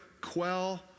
quell